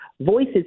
Voices